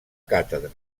càtedra